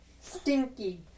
Stinky